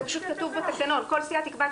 זה פשוט כתוב בתקנון: כל סיעה תקבע את